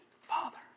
Father